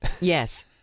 yes